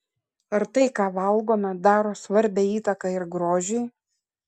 ar tai ką valgome daro svarbią įtaką ir grožiui